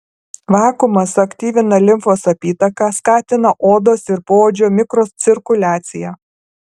vakuumas suaktyvina limfos apytaką skatina odos ir poodžio mikrocirkuliaciją